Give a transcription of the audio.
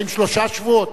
עד שלושה שבועות?